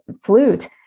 flute